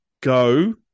go